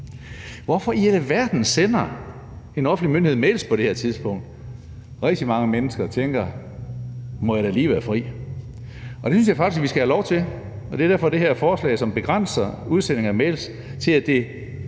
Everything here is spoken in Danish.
Hvorfor i alverden sender en offentlig myndighed mails på det her tidspunkt? Rigtig mange mennesker tænker: Må jeg da lige være fri? Og det synes jeg faktisk, at vi skal have lov til, og det er derfor, at det her forslag begrænser udsending af mails